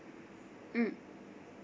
mm